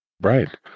Right